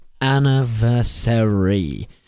anniversary